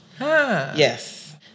Yes